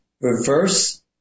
reverse